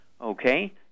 okay